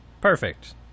perfect